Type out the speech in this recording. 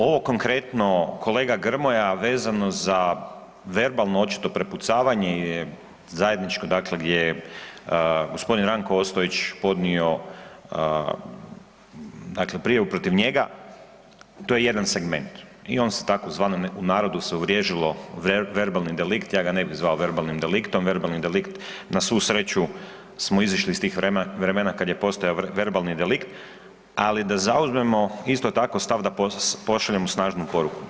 Ovo konkretno kolega Grmoja vezano za verbalno očito prepucavanje je zajedničko dakle gdje je gospodin Ranko Ostojić podnio dakle prijavu protiv njega, to je jedan segment i on se tzv. u narodu se uvriježilo verbalni delikt, ja ga ne bi zvao verbalnim deliktom, verbalni delikt na svu sreću smo izišli iz tih vremena kad je postojao verbalni delikt, ali da zauzmemo isto tako stav da pošaljemo snažnu poruku.